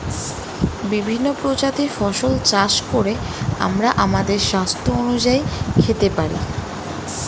বিভিন্ন প্রজাতির ফসল চাষ করে আমরা আমাদের স্বাস্থ্য অনুযায়ী খেতে পারি